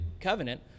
covenant